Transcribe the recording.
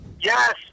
yes